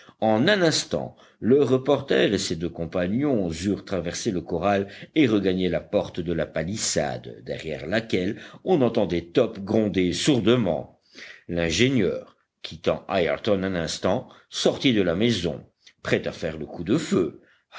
en un instant le reporter et ses deux compagnons eurent traversé le corral et regagné la porte de la palissade derrière laquelle on entendait top gronder sourdement l'ingénieur quittant ayrton un instant sortit de la maison prêt à faire le coup de feu